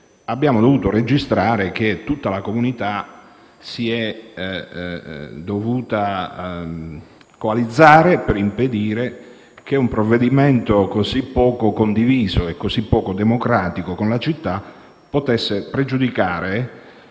Abbiamo dovuto registrare che tutta la comunità si è dovuta coalizzare per impedire che un provvedimento così poco condiviso e così poco democratico per la città potesse pregiudicare